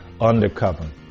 undercover